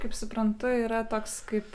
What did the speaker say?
kaip suprantu yra toks kaip